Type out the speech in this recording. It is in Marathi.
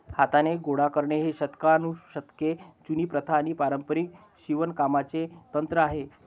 हाताने गोळा करणे ही शतकानुशतके जुनी प्रथा आणि पारंपारिक शिवणकामाचे तंत्र आहे